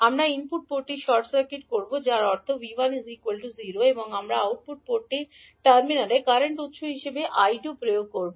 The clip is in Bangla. আমরা ইনপুট পোর্টটির শর্ট সার্কিট করব যার অর্থ 𝐕1 𝟎 এবং আমরা আউটপুট টার্মিনালে কারেন্ট উত্স হিসাবে 𝐈2 প্রয়োগ করব